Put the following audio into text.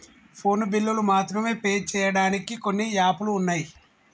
phone బిల్లులు మాత్రమే pay చెయ్యడానికి కొన్ని యాపులు వున్నయ్